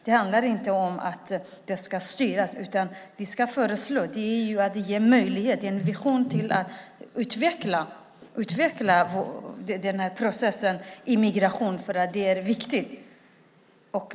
Det handlar inte om att det ska styras, utan vi ska föreslå. Det innebär att man ger möjligheter och visioner för att utveckla denna migrationsprocess. Det är viktigt.